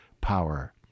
power